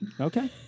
Okay